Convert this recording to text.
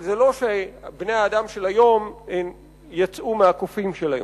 אבל זה לא שבני-האדם של היום יצאו מהקופים של היום.